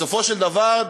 בסופו של דבר,